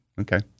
Okay